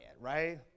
right